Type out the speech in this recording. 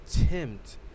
attempt